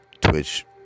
Twitch